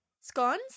scones